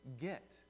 get